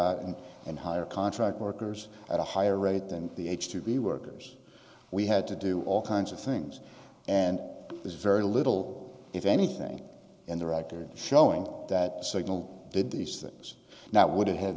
out and and hire contract workers at a higher rate than the h two b workers we had to do all kinds of things and there's very little if anything in the record showing that signal did these things that would have mad